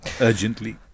urgently